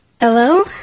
Hello